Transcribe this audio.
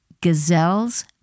Gazelle's